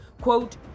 Quote